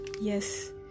Yes